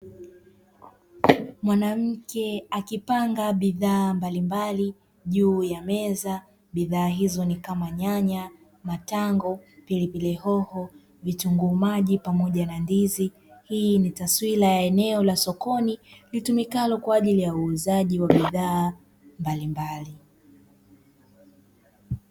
Mwanamke akipanga bidhaa mbalimbali juu ya meza. Bidhaa hizo ni kama: nyanya, tango, pilipili hoho, vitunguu maji pamoja na ndizi. Hii ni taswira ya eneo la sokoni litumikalo kwa ajili ya uuzaji wa bidhaa mbalimbali.